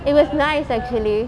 it was nice actually